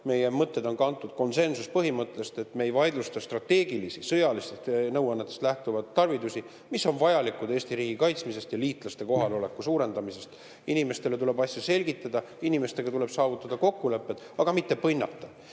meie mõtted on kantud konsensuspõhimõttest, ja me ei vaidlusta strateegilisi, sõjalistest nõuannetest lähtuvaid tarvidusi, mis on vajalikud Eesti riigi kaitsmiseks ja liitlaste kohaloleku suurendamiseks. Inimestele tuleb asju selgitada, inimestega tuleb saavutada kokkulepped, aga mitte põnnata.